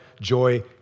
joy